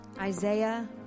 Isaiah